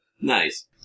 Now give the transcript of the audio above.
Nice